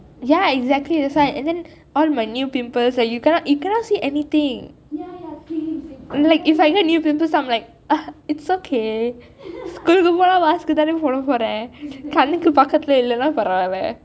ya exactly that' why and then all my new pimples right you cannot you cannot see anything ~ uh its okay கொடுக்கும் போது:kodukkum pothu mask தானே போட போறேன் கணக்கு பக்கத்தில் இல்லை நா பரவாயில்லை:thaanei poda poren kanakku pakkathil illai na paravayillai